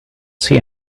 see